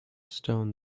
stone